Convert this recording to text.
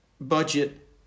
budget